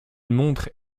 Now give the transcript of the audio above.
montre